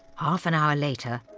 ah half an hour later,